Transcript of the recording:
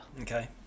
Okay